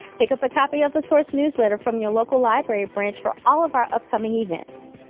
pick up a copy of the source newsletter from your local library branch for all of our upcoming events.